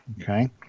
Okay